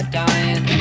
dying